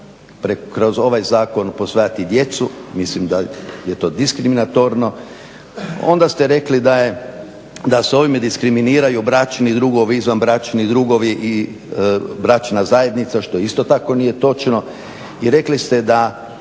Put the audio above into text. kroz ovaj zakon posvajati djecu, mislim da je to diskriminatorno. Onda ste rekli da se ovime diskriminiraju bračni drugovi, izvanbračni drugovi i bračna zajednica, što isto tako nije točno i rekli ste da